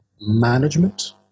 management